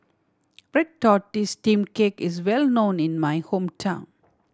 red tortoise steamed cake is well known in my hometown